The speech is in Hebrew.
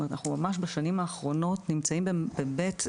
זאת אומרת אנחנו ממש בשנים האחרונות נמצאים באמת,